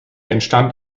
entstand